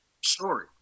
story